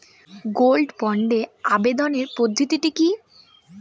Gold বন্ডে আবেদনের পদ্ধতিটি কি?